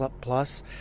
plus